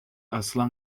اصلا